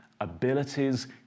abilities